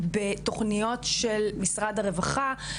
בתוכניות של משרד הרווחה,